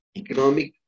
economic